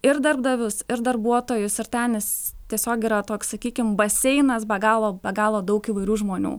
ir darbdavius ir darbuotojus ir ten jis tiesiog yra toks sakykim baseinas be galo be galo daug įvairių žmonių